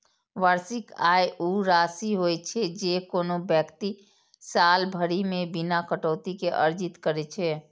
वार्षिक आय ऊ राशि होइ छै, जे कोनो व्यक्ति साल भरि मे बिना कटौती के अर्जित करै छै